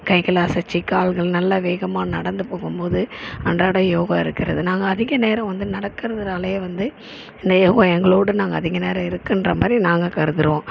கைகளை அசைச்சி கால்கள் நல்ல வேகமாக நடந்து போகும் போது அன்றாட யோகா இருக்கிறது நாங்கள் அதிக நேரம் வந்து நடக்கிறதாலையே வந்து இந்த யோகா எங்களோட நாங்கள் அதிக நேரம் இருக்குன்ற மாதிரி நாங்கள் கருதுறோம்